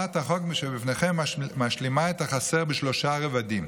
הצעת החוק שבפניכם משלימה את החסר בשלושה רבדים: